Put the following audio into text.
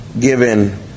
given